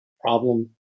problem